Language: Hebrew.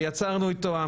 יצרנו איתם,